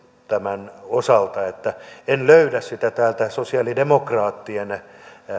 tämän osalta en löydä sitä täältä sosialidemokraattien